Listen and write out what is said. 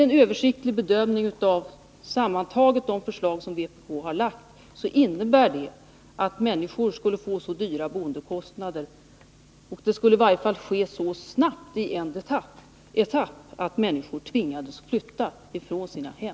En översiktlig bedömning av de förslag vpk lagt ger vid handen, att människor skulle få så fördyrade boendekostnader -— i varje fall så snabbt i en etapp — att de tvingades flytta från sina hem.